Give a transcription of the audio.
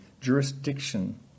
jurisdiction